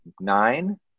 nine